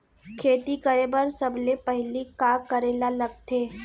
खेती करे बर सबले पहिली का करे ला लगथे?